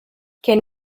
can